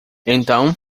então